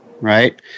Right